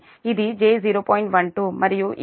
12 మరియు ఇది j0